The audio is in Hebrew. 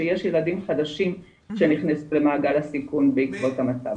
שיש ילדים חדשים שנכנסו למעגל הסיכון בעקבות המצב.